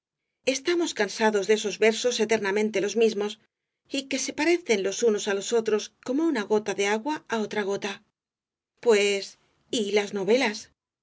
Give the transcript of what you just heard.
estamos cansados de esos versos eternamente los mismos y que se parecen los unos á los otros como una gota de agua á otra gota pues y las novelas